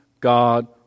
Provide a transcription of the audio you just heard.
God